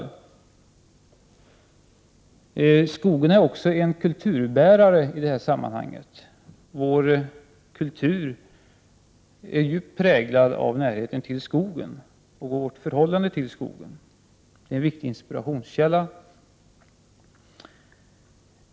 I det sammanhanget är skogen en kulturbärare. Vår kultur präglas ju av närheten till skogen och av vårt förhållande till skogen. Den är en viktig inspirationskälla.